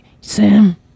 Sam